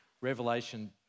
Revelation